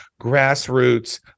grassroots